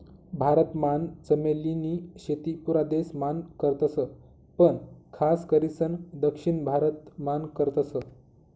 भारत मान चमेली नी शेती पुरा देश मान करतस पण खास करीसन दक्षिण भारत मान करतस